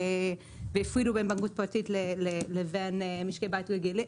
והפרידו בין בנקאות פרטית לבין משקי בית רגילים.